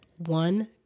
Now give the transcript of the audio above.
one